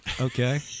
okay